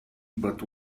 but